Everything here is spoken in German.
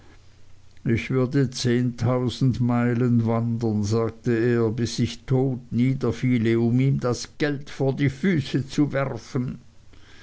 ich würde zehntausend meilen wandern sagte er bis ich tot niederfiele um ihm das geld vor die füße zu werfen